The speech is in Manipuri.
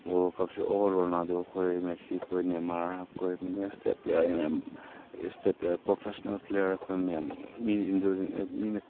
ꯋꯥꯔꯜ ꯀꯞꯁꯨ ꯑꯣꯔ ꯔꯣꯅꯥꯜꯗꯣ ꯈꯣꯏ ꯃꯦꯁꯤ ꯈꯣꯏ ꯅꯦꯃꯥꯔ ꯑꯩꯈꯣꯏ ꯁ꯭ꯇꯦꯠ ꯄ꯭ꯂꯦꯌꯥꯔꯒꯤ ꯃꯌꯥꯝ ꯁ꯭ꯇꯦꯠ ꯄ꯭ꯂꯦꯌꯥꯔ ꯄ꯭ꯔꯣꯐꯦꯁꯟꯅꯦꯜ ꯄ꯭ꯂꯦꯌꯥꯔ ꯑꯩꯈꯣꯏ ꯃꯌꯥꯝ ꯃꯤꯅ